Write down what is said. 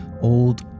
old